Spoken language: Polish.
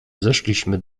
zeszliśmy